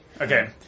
Okay